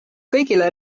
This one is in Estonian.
kõigile